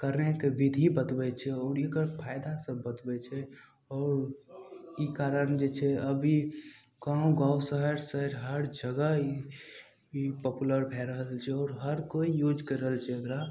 करनाइके विधि बतबय छै आओर एकर फायदा सब बतबय छै आओर ई कारण जे छै अभी गाँव गाँव शहर शहर हर जगह ई पॉपुलर भए रहल छै आओर हर कोइ यूज करि रहल छै एकरा